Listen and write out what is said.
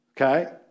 Okay